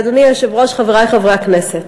אדוני היושב-ראש, חברי חברי הכנסת,